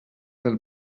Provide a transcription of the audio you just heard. del